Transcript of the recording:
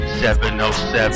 707